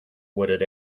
wooded